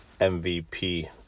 MVP